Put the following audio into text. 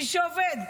מי שעובד.